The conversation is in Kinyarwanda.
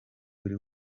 buri